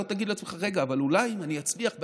לא תגיד לעצמך: אבל אולי אני אצליח בא',